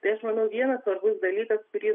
tai aš manau vienas svarbus dalykas kurį